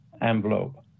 envelope